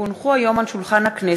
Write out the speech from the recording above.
כי הונחו היום על שולחן הכנסת,